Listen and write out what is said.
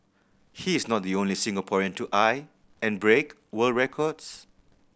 he is not the only Singaporean to eye and break world records